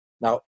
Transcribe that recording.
Now